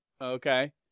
okay